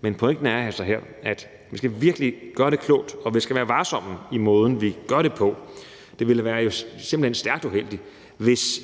men pointen her er altså, at vi virkelig skal gøre det klogt, og at vi skal være varsomme i måden, vi gør det på. Det ville simpelt hen være stærkt uheldigt, hvis